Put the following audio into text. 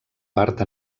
part